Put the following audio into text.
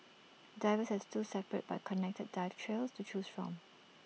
divers have two separate but connected dive trails to choose from